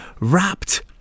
wrapped